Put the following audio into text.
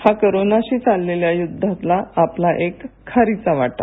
हा कोऱऑनशी चाललेल्या युद्धाचा आपला एक खारीच वाटा